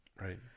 right